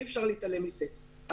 מבין המורשים לנהוג 14% הם נהגים צעירים.